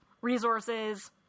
resources